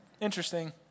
interesting